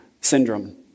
syndrome